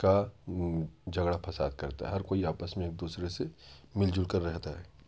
کا جھگڑا پھساد کرتا ہے ہر کوئی آپس میں ایک دوسرے سے مل جل کر رہتا ہے